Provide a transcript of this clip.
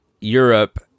Europe